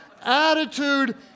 attitude